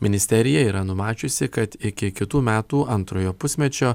ministerija yra numačiusi kad iki kitų metų antrojo pusmečio